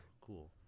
Cool